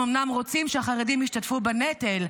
הם אומנם רוצים שהחרדים ישתתפו בנטל,